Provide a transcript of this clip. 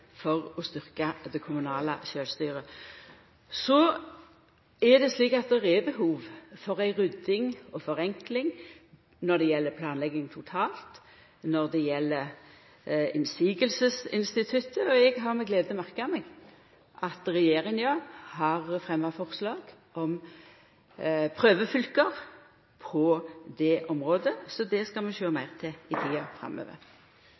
for å styrkja det kommunale sjølvstyret. Så er det behov for ei rydding og ei forenkling når det gjeld planlegging totalt, når det gjeld motsegnsinstituttet. Og eg har med glede merka meg at regjeringa har fremma forslag om prøvefylke på det området, så det skal vi sjå meir til i tida framover.